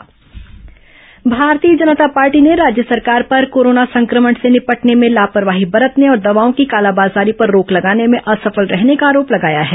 भाजपा राज्यपाल भेंट भारतीय जनता पार्टी ने राज्य सरकार पर कोरोना संक्रमण से निपटने में लापरवाही बरतने और दवाओं की कालाबाजारी पर रोक लगाने में असफल रहने का आरोप लगाया है